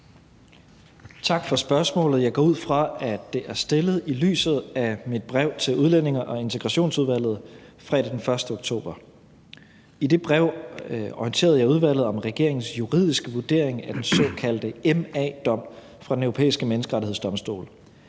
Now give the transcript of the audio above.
Tak for spørgsmålet. Jeg går ud fra, at det er stillet i lyset af mit brev til Udlændinge- og Integrationsudvalget fredag den 1. oktober. I det brev orienterede jeg udvalget om regeringens juridiske vurdering af den såkaldte M.A.-dom fra Den Europæiske Menneskerettighedsdomstol.